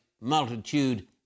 multitude